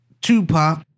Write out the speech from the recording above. Tupac